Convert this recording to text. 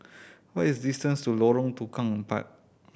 what is distance to Lorong Tukang Empat